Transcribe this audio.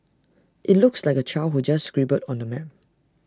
IT looks like A child who just scribbled on the map